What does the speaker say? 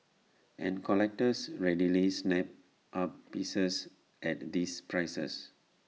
and collectors readily snap up pieces at these prices